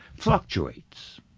fluctuates.